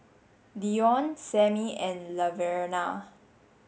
Deon Samie and Laverna